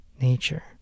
nature